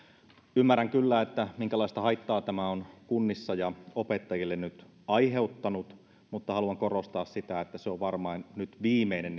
ymmärrän kyllä minkälaista haittaa tämä on kunnissa ja opettajille nyt aiheuttanut mutta haluan korostaa sitä että se on varmaan viimeinen